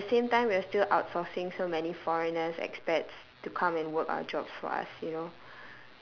but at the time we're still outsourcing so many foreigners expats to come and work our jobs for us you know